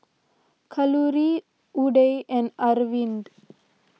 Kalluri Udai and Arvind